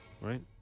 right